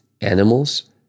animals